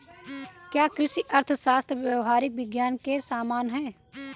क्या कृषि अर्थशास्त्र व्यावहारिक विज्ञान के समान है?